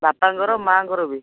ବାପାଙ୍କର ମାଆଙ୍କର ବି